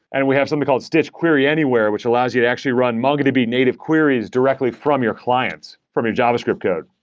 and we have something called stitch query anywhere which allows you to actually run mongodb native queries directly from your clients from your javascript code.